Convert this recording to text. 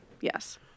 Yes